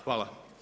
Hvala.